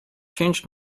changed